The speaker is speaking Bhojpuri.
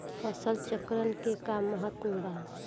फसल चक्रण क का महत्त्व बा?